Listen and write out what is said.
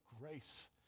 grace